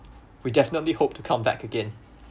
we definitely hope to come back again